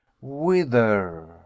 Whither